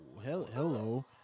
hello